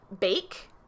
bake